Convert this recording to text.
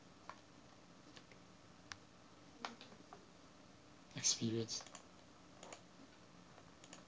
experience